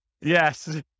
yes